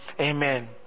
Amen